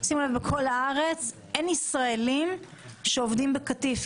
שימו לב שבכל הארץ אין ישראלים שעובדים בקטיף,